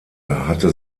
hatte